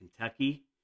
Kentucky